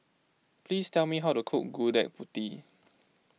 please tell me how to cook Gudeg Putih